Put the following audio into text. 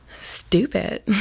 stupid